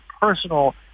personal